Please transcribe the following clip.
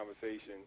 conversation